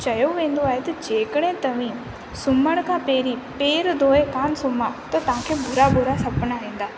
त चयो वेंदो आहे त जेकॾहिं तव्हीं सुम्हण खां पहिरीं पेरु धोए कान सुम्हा त तव्हां खे बुरा बुरा सपना ईंदा